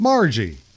Margie